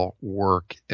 work